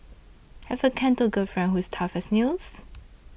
have a Canto girlfriend who's tough as nails